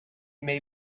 may